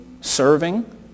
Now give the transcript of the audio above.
serving